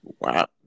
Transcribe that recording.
Wow